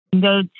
Go